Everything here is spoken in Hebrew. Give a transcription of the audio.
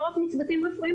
לא רק מהצוותים רפואיים,